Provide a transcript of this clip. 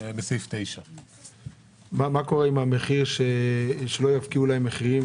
סעיף 9. מה לגבי המחיר, שלא יפקיעו להם מחירים?